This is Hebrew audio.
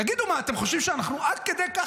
תגידו, אתם חושבים שאנחנו עד כדי כך